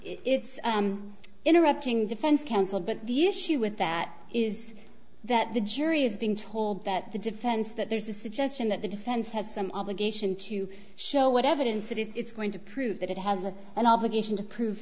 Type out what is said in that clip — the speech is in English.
it's interrupting defense counsel but the issue with that is that the jury is being told that the defense that there's a suggestion that the defense has some obligation to show what evidence that it's going to prove that it has an obligation to prove